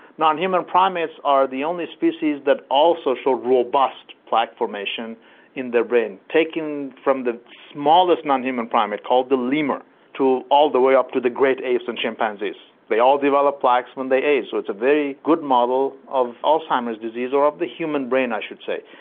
non-human primates are the only species that also show robust plaque formation in their brain, taken from the smallest non-human primate called the lemur to all the way up to the great apes and chimpanzees. they all develop plaques when they age, so it's a very good model of alzheimer's disease or of the human brain i should say.